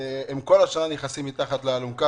הם כל השנה נכנסים מתחת לאלונקה.